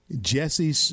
Jesse